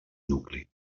nucli